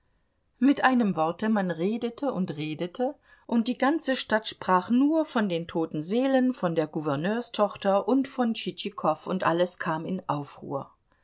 mit einem worte man redete und redete und die ganze stadt sprach nur von den toten seelen von der gouverneurstochter und von tschitschikow und alles kam in aufruhr